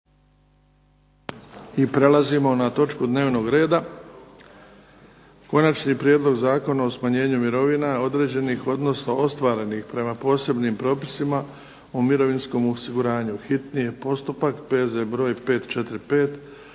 i prelazimo na točku dnevnog reda –- Prijedlog Zakona o smanjenju mirovina određenih, odnosno ostvarenih prema posebnim propisima o mirovinskom osiguranju, s Konačnim